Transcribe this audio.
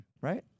right